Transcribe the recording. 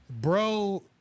Bro